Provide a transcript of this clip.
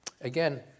Again